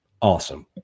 awesome